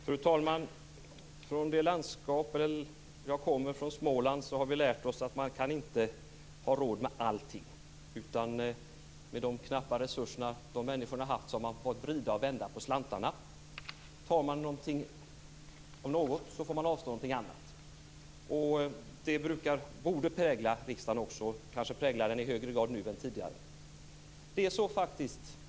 Fru talman! I det landskap jag kommer ifrån, Småland, har vi lärt oss att man inte kan ha råd med allting. Med de knappa resurser människorna där har haft har de fått vrida och vända på slantarna. Tar man av något så får man avstå någonting annat. Detta borde också prägla riksdagen - kanske i högre grad nu än tidigare. Ingbritt Irhammar!